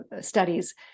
studies